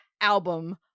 album